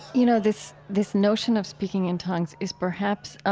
you know, this this notion of speaking in tongues is perhaps,